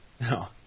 No